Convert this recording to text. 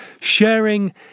sharing